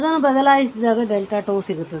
ಅದನ್ನು ಬದಲಾಯಿಸಿದಾಗ ಡೆಲ್ಟಾ 2 ಸಿಗುತ್ತದೆ